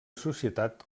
societat